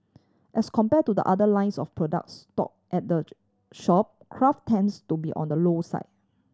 as compare to the other lines of products stock at the shop craft tends to be on the low side